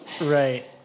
right